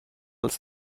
als